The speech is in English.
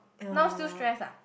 now still stress ah